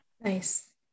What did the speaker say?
Nice